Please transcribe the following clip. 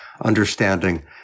understanding